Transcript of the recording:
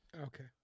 Okay